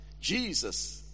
Jesus